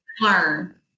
learn